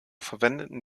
verwendeten